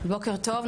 בוקר טוב,